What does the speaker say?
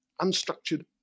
unstructured